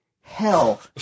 hell